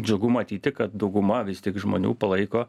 džiugu matyti kad dauguma vis tik žmonių palaiko